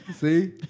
See